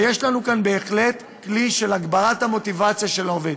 ויש לנו כאן בהחלט כלי של הגברת המוטיבציה של העובד.